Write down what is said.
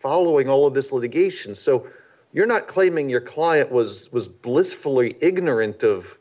following all of this litigation so you're not claiming your client was was blissfully ignorant of